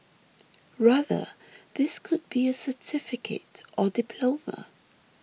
rather this could be a certificate or diploma